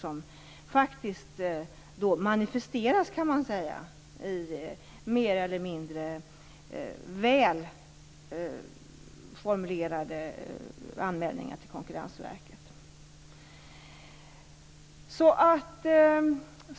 Man kan säga att de manifesteras i mer eller mindre väl formulerade anmälningar till Konkurrensverket.